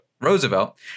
Roosevelt